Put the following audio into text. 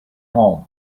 home